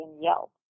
Yelp